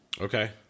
Okay